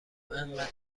انقد